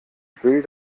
will